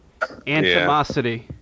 Antimosity